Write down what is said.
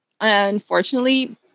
unfortunately